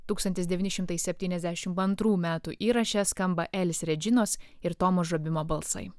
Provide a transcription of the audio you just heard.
tūkstantis devyni šimtai septyniasdešimt antrų metų įraše skamba elis redžinos ir tomo žabimo balsai